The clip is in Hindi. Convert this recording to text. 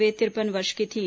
वे तिरपन वर्ष की थीं